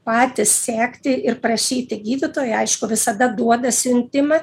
patys sekti ir prašyti gydytojai aišku visada duoda siuntimą